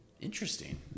Interesting